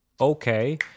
okay